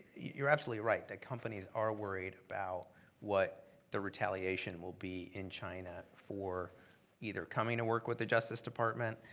you're absolutely right that companies are worried about what the retaliation will be in china for either coming to work with the justice department,